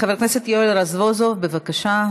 חבר הכנסת יואל רזבוזוב, בבקשה.